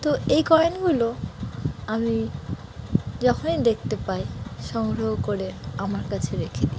তো এই কয়েনগুলো আমি যখনই দেখতে পাই সংগ্রহ করে আমার কাছে রেখে দিই